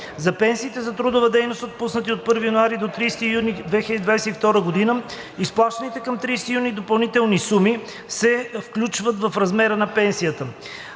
За пенсиите за трудова дейност, отпуснати от 1 януари до 30 юни 2022 г., изплащаните към 30 юни допълнителни суми се включват в размера на пенсията;